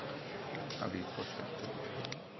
har vi fremmet forslag